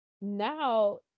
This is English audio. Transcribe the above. now